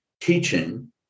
teaching